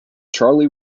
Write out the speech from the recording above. charley